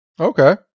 Okay